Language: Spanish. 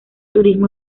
turismo